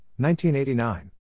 1989